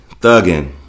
Thuggin